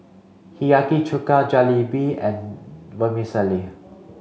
Hiyashi Chuka Jalebi and Vermicelli